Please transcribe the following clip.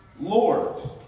Lord